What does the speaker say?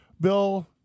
Bill